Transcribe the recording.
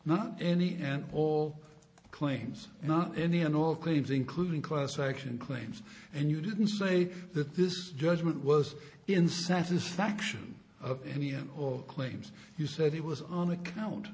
not any and all claims not any and all claims including class action claims and you didn't say that this judgement was in satisfaction of any and all claims you said he was on account